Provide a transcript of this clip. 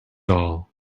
all